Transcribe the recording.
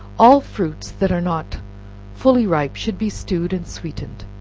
all fruits that are not fully ripe should be stewed and sweetened.